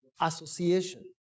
association